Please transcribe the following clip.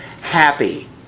happy